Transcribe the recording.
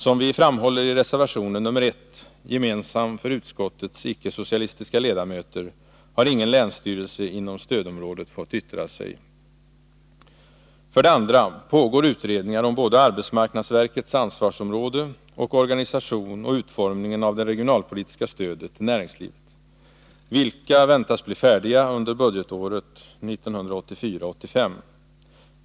Som vi framhåller i reservation nr 1, gemensam för utskottets icke-socialistiska ledamöter, har ingen länstyrelse inom stödområdet fått yttra sig. För det andra pågår utredningar om både arbetsmarknadsverkets ansvarsområde och organisation samt om utformningen av det regionalpolitiska stödet till näringslivet, vilka väntas bli färdiga under budgetåret 1984/85.